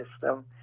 system